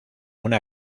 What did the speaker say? una